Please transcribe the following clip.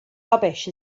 rubbish